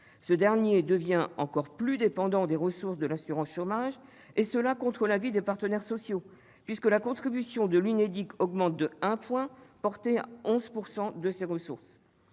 deviendra encore plus dépendant des ressources de l'assurance chômage, et ce contre l'avis des partenaires sociaux, puisque la contribution de l'Unédic, portée à 11 % de ses ressources,